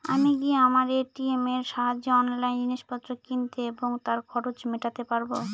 আমি কি আমার এ.টি.এম এর সাহায্যে অনলাইন জিনিসপত্র কিনতে এবং তার খরচ মেটাতে পারব?